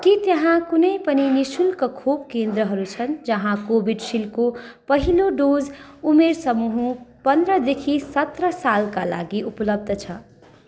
के त्यहाँ कुनै पनि नि शुल्क खोप केन्द्रहरू छन् जहाँ कोभिसिल्डको पहिलो डोज उमेर समूह पन्ध्रदेखि सत्र सालका लागि उपलब्ध छ